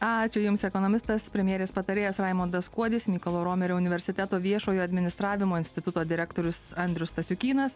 ačiū jums ekonomistas premjerės patarėjas raimundas kuodis mykolo romerio universiteto viešojo administravimo instituto direktorius andrius stasiukynas